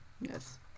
Yes